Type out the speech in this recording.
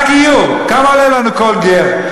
מערך הגיור, כמה עולה לנו כל גר?